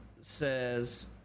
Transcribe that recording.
says